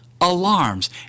alarms